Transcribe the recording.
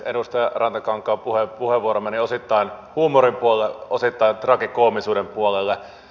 edustaja rantakankaan puheenvuoro meni osittain huumorin puolelle osittain tragikoomisuuden puolelle